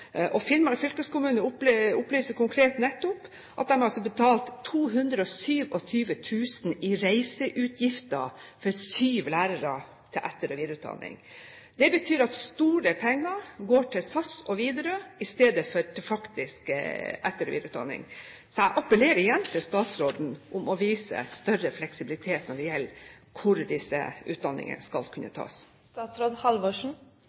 Finnmark fylkeskommune opplyser konkret nettopp at de har betalt 227 000 kr i reiseutgifter til etter- og videreutdanning for syv lærere. Det betyr at store penger faktisk går til SAS og Widerøe i stedet for til etter- og videreutdanning. Så jeg appellerer igjen til statsråden om å vise større fleksibilitet når det gjelder hvor disse utdanningene skal kunne